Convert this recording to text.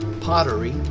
pottery